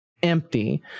empty